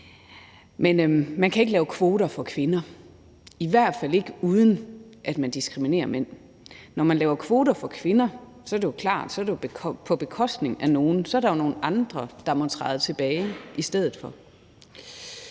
men man kan ikke lave kvoter for kvinder, i hvert fald ikke uden at diskriminere mænd. Når man laver kvoter for kvinder, er det jo klart, at det er på bekostning af nogen; så er der jo nogle andre, der må træde tilbage i stedet for.